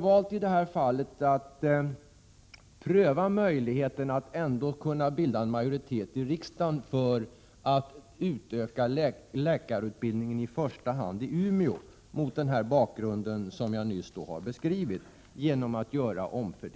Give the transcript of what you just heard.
I detta fall har vi emellertid valt att ändå pröva möjligheten att kunna bilda en majoritet i riksdagen för att i första hand genom omfördelningar kunna utöka läkarutbildningen i